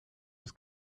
was